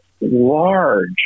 large